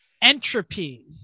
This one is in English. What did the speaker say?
entropy